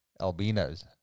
Albinos